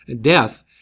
death